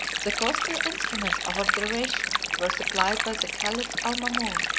the costly instruments of observation were supplied by the caliph almamon,